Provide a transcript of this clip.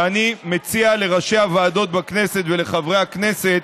ואני מציע לראשי הוועדות בכנסת ולחברי הכנסת